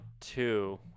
two